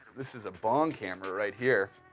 this is a bong camera right here.